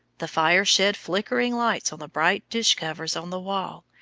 the fire shed flickering lights on the bright dish-covers on the wall,